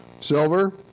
silver